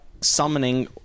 summoning